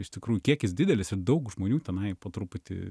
iš tikrųjų kiekis didelis ir daug žmonių tenai po truputį